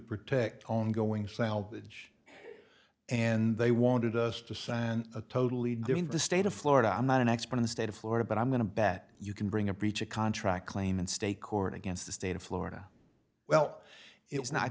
protect ongoing salvage and they wanted us to sign a totally during the state of florida i'm not an expert in the state of florida but i'm going to bet you can bring a breach of contract claim and state court against the state of florida well it